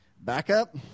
backup